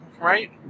right